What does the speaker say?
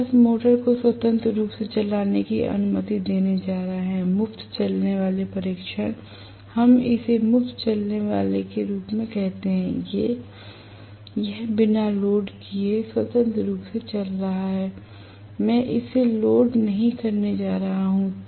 हम बस मोटर को स्वतंत्र रूप से चलाने की अनुमति देने जा रहे हैं मुफ्त चलने वाले परीक्षण हम इसे मुफ्त चलने वाले के रूप में कहते हैं यह बिना लोड किए स्वतंत्र रूप से चल रहा है मैं इसे लोड नहीं करने जा रहा हूं